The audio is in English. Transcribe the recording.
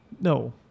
No